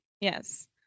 Yes